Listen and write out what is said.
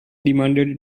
demanded